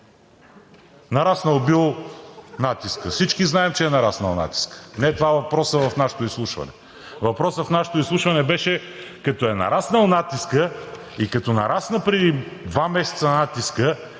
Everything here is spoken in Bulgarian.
Нараснал бил натискът. Всички знаем, че е нараснал натискът, не това е въпросът в нашето изслушване. Въпросът в нашето изслушване беше: като е нараснал натискът и като нарасна преди два месеца натискът,